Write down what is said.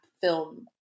film